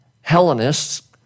Hellenists